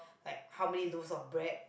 like how many loafs of bread